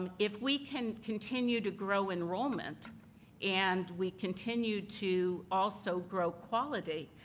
um if we can continue to grow enrollment and we continue to also grow quality,